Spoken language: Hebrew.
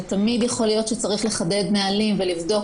ותמיד יכול להיות שצריך לחדד נהלים ולבדוק